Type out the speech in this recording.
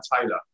Taylor